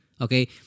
Okay